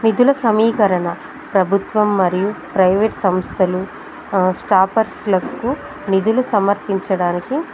నిధుల సమీకరణ ప్రభుత్వం మరియు ప్రైవేట్ సంస్థలు స్టార్టర్స్లకు నిధులు సమర్పించడానికి